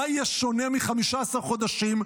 מה יהיה שונה מ-15 חודשים?